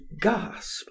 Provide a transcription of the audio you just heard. gasped